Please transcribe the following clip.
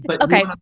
okay